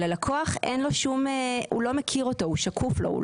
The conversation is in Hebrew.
הלקוח לא מכיר אותו, הוא שקוף לו.